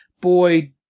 Boy